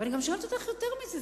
אבל אני גם שואלת אותך יותר מזה,